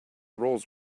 roles